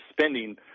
spending